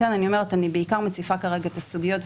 אני בעיקר מציפה כרגע את הסוגיות,